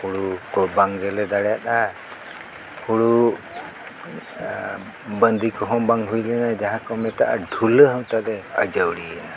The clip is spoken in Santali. ᱦᱩᱲᱩ ᱠᱚ ᱵᱟᱝ ᱜᱮᱞᱮ ᱫᱟᱲᱮᱭᱟᱫᱟ ᱦᱩᱲᱩ ᱵᱟᱺᱫᱤ ᱠᱚᱦᱚᱸ ᱵᱟᱝ ᱦᱩᱭ ᱞᱮᱱᱟ ᱡᱟᱦᱟᱸ ᱠᱚ ᱢᱮᱛᱟᱜᱼᱟ ᱰᱷᱩᱞᱟᱹ ᱦᱚᱸ ᱛᱟᱞᱮ ᱟᱡᱟᱹᱲᱤᱭᱮᱱᱟ